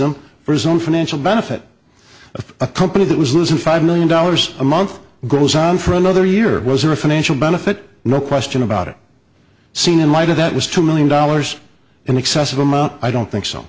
him for his own financial benefit of a company that was losing five million dollars a month goes on for another year or a financial benefit no question about it seen in light of that was two million dollars an excessive amount i don't think so